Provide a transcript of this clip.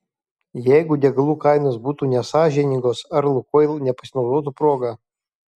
jeigu degalų kainos būtų nesąžiningos ar lukoil nepasinaudotų proga